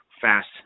fast